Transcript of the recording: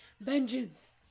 vengeance